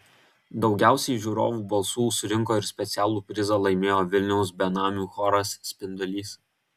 daugiausiai žiūrovų balsų surinko ir specialų prizą laimėjo vilniaus benamių choras spindulys